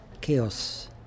chaos